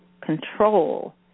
control